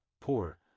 poor